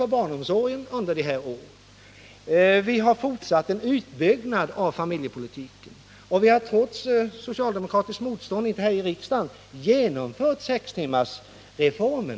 Vi har under de här åren arbetat vidare på utbyggnadsprogrammet för barnomsorgen liksom på utbyggnaden av familjepolitiken. Trots socialdemokratiskt motstånd har vi också genomfört sextimmarsreformen.